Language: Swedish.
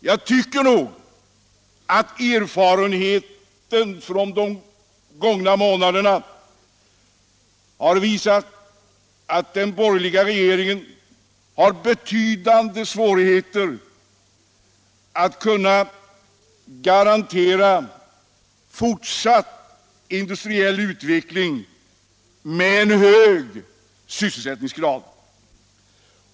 Jag tycker att erfarenheten från de gångna månaderna har visat att den borgerliga regeringen har betydande svårigheter att garantera fortsatt industriell utveckling med en hög sysselsättningsgrad.